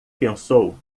pensou